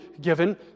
given